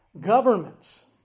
governments